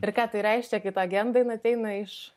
ir ką tai reiškia kai ta agenda jinai ateina iš